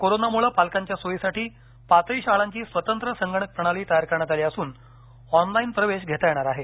कोरोनामुळे पालकांच्या सोयीसाठी पाचही शाळांची स्वतंत्र संगणक प्रणाली तयार करण्यात आली असून ऑनलाईन प्रवेश घेता येणार आहे